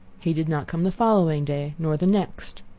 he did not come the following day, nor the next.